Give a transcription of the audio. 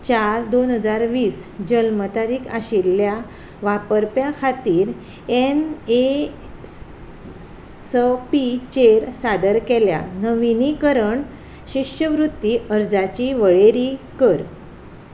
चार दोन हजार वीस जल्म तारीक आशिल्ल्या वापरप्यां खातीर एन ए स् सपीचेर सादर केल्या नविनीकरण शिश्यवृत्ती अर्जाची वळेरी कर